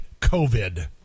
COVID